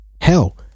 hell